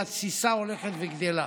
והתסיסה הולכת וגדלה.